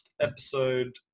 episode